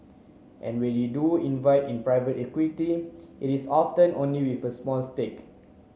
and when they do invite in private equity it is often only with a small stake